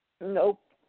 Nope